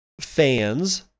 Fans